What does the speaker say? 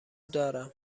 دارم